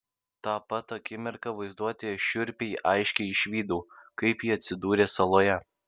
tą pat akimirką vaizduotėje šiurpiai aiškiai išvydau kaip ji atsidūrė saloje